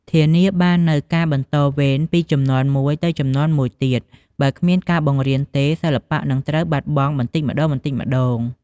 ធានាបាននូវការបន្តវេនពីជំនាន់មួយទៅជំនាន់មួយទៀត បើគ្មានការបង្រៀនទេ សិល្បៈនឹងត្រូវបាត់បង់បន្តិចម្តងៗ។